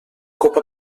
copa